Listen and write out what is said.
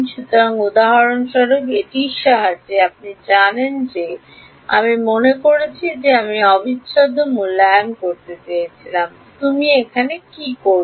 সুতরাং উদাহরণস্বরূপ এটির সাহায্যে আপনি জানেন যে আমি মনে করেছি যে আমি অবিচ্ছেদ্য মূল্যায়ন করতে চেয়েছিলাম তো তুমি এখন কি করবে